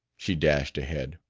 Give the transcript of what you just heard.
she dashed ahead.